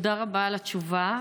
תודה רבה על התשובה.